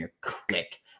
click